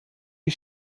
you